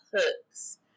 hooks